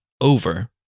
over